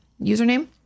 username